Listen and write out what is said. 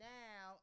now